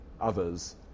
others